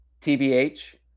TBH